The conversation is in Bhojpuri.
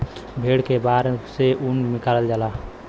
भेड़ के बार से ऊन निकालल जाला